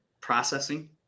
processing